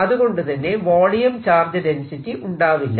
അതുകൊണ്ടുതന്നെ volume charge density ഉണ്ടാവില്ല